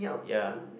ya